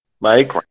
Mike